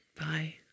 Bye